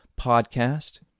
podcast